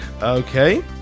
Okay